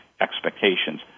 expectations